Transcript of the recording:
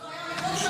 זה היה מאוד קשה,